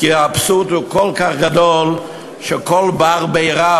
כי האבסורד כל כך גדול שכל בר-בי-רב